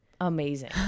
amazing